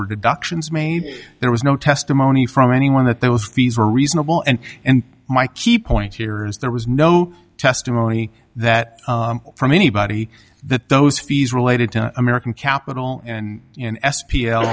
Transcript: were deductions made there was no testimony from anyone that those fees were reasonable and and my key point here is there was no testimony that from anybody that those fees related to american capital and in s p l